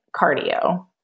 cardio